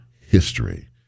history